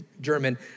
German